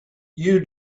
you